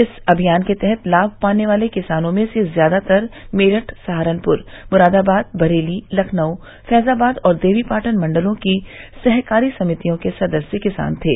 इस अभियान के तहत लाभ पाने वाले किसानों में से ज्यादातर मेरठ सहारनपुर मुरादाबाद बरेली लखनऊ फैजाबाद और देवीपाटन मण्डलों की सहकारी समितियों के सदस्य किसान थे